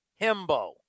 himbo